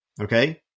Okay